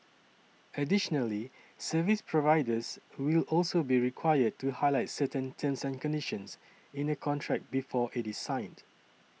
additionally service providers will also be required to highlight certain terms and conditions in a contract before it is signed